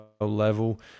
level